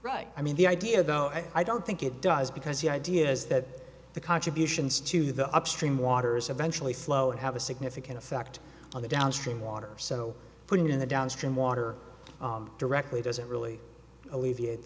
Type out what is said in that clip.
right i mean the idea though i don't think it does because the idea is that the contributions to the upstream water is eventually slow and have a significant effect on the downstream water so putting it in the downstream water directly doesn't really alleviate